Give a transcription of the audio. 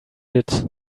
lit